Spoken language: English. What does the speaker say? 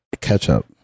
ketchup